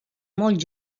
molt